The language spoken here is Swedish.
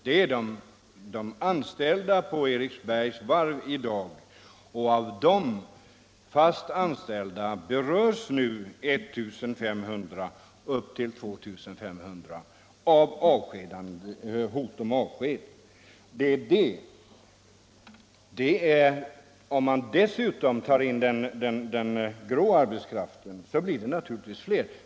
Jag talade om de anställda på Eriksbergs varv i dag. Av de fast anställda vid varvet berörs nu 1 500-2 500 av hotet om avsked. Om man dessutom tar med den grå arbetskraften i beräkningen, blir det naturligtvis fler.